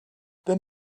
then